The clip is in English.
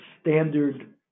standard